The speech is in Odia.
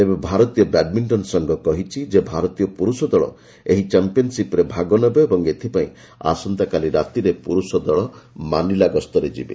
ତେବେ ଭାରତୀୟ ବ୍ୟାଡମିଣ୍ଟନ ସଂଘ କହିଛି ଯେ ଭାରତୀୟ ପୁରୁଷ ଦଳ ଏହି ଚାମ୍ପିୟନ୍ସିପରେ ଭାଗ ନେବ ଏବଂ ଏଥିପାଇଁ ଆସନ୍ତାକାଲି ରାତିରେ ପୁରୁଷ ଦଳ ମାନିଲା ଗସ୍ତରେ ଯିବେ